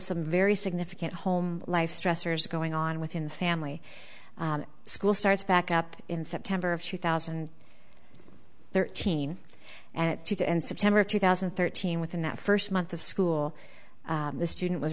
some very significant home life stressors going on within the family school starts back up in september of two thousand and thirteen at the end september of two thousand and thirteen within that first month of school the student was